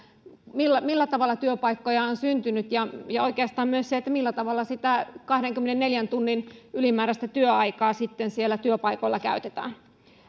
siitä millä tavalla työpaikkoja on syntynyt ja ja oikeastaan myös siitä millä tavalla sitä kahdenkymmenenneljän tunnin ylimääräistä työaikaa sitten siellä työpaikoilla käytetään